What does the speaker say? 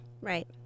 Right